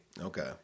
okay